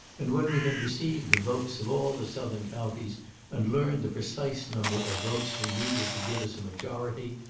and when we had received the votes of all the southern counties and learned the precise number of votes we needed to give us a majority,